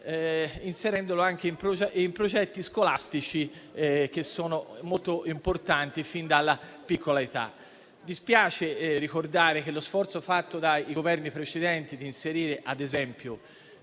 inserendolo anche in progetti scolastici che sono molto importanti fin dalla tenera età. Dispiace ricordare che lo sforzo compiuto dai Governi precedenti di inserire, ad esempio,